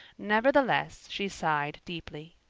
nevertheless, she sighed deeply.